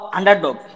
Underdog